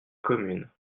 communes